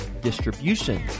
distribution